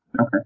Okay